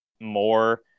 more